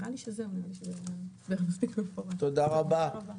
תודה רבה.